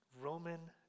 Roman